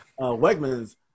Wegmans